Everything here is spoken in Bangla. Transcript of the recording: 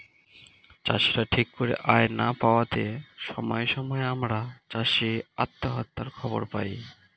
চাষীরা ঠিক করে আয় না পাওয়াতে সময়ে সময়ে আমরা চাষী আত্মহত্যার খবর পাই